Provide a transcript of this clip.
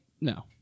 No